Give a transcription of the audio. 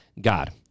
God